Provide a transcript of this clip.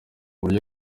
buryo